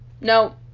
No